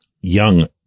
young